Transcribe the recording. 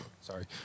Sorry